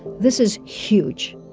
this is huge